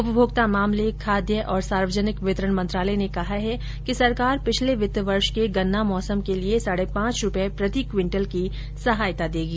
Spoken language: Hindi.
उपभोक्ता मामले खाद्य और सार्वजनिक वितरण मंत्रालय ने कहा है कि सरकार पिछले वित्त वर्ष के गन्ना मौसम के लिए साढ़े पांच रुपये प्रति क्विंटल की सहायता देगी